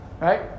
right